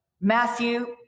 Matthew